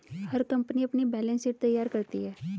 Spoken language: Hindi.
हर कंपनी अपनी बैलेंस शीट तैयार करती है